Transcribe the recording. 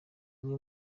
amwe